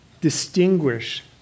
distinguish